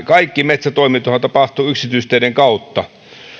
kaikki metsätoimintahan tapahtuu yksityisteiden kautta